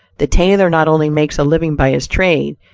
the tailor not only makes a living by his trade,